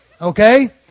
Okay